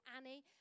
Annie